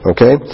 Okay